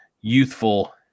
youthful